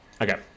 Okay